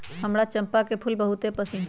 हमरा चंपा के फूल बहुते पसिन्न हइ